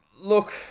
look